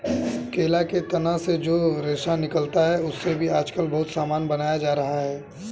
केला के तना से जो रेशा निकलता है, उससे भी आजकल बहुत सामान बनाया जा रहा है